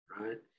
right